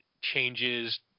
changes